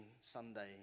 Sunday